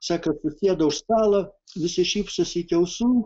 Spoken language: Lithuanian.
sako atsisėdo už stalo visi šypsosi iki ausų